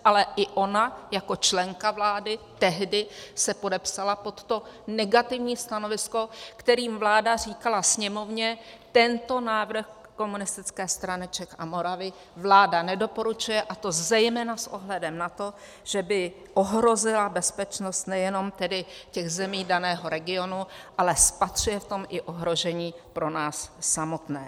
Ale i ona jako členka vlády se tehdy podepsala pod to negativní stanovisko, kterým vláda říkala Sněmovně: tento návrh Komunistické strany Čech a Moravy vláda nedoporučuje, a to zejména s ohledem na to, že by ohrozila bezpečnost nejenom těch zemí daného regionu, ale spatřuje v tom i ohrožení pro nás samotné.